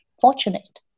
fortunate